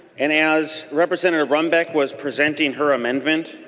and as representative runbeck was presenting her amendment